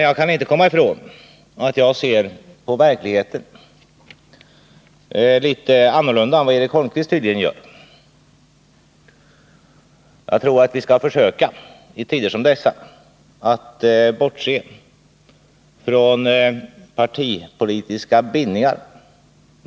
Jag kan inte komma ifrån att jag ser på verkligheten litet annorlunda än vad Eric Holmqvist tydligen gör. Jag anser att vi i tider som dessa skall försöka att bortse från partipolitiska bindningar.